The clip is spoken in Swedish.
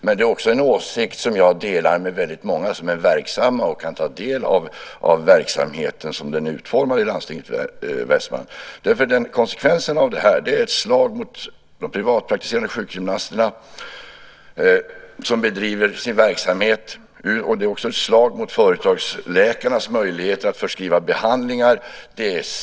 Men detta är en åsikt som jag delar med många som är verksamma och som kan ta del av verksamheten som den är utformad i landstinget i Västmanland. Konsekvensen av detta är ett slag mot de privatpraktiserande sjukgymnaster som bedriver sin verksamhet. Det är också ett slag mot företagsläkarnas möjligheter att förskriva behandlingar.